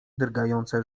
drgające